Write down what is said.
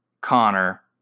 Connor